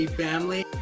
family